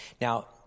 Now